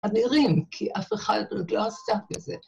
‫אדירים, כי אף אחד עוד לא עשה כזה.